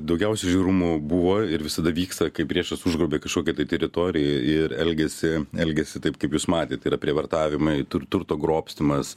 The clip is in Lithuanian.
daugiausia žiaurumų buvo ir visada vyksta kai priešas užgrobia kažkokią teritoriją ir elgiasi elgiasi taip kaip jūs matėt tai yra prievartavimai turto grobstymas